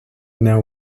now